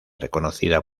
reconocida